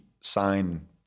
sign